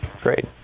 Great